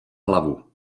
hlavu